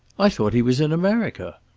i thought he was in america.